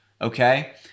okay